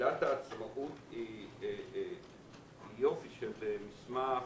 מגילת העצמאות היא יופי של מסמך,